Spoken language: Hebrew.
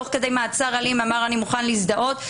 ותוך כדי מעצר אמר שהוא כן מוכן להזדהות.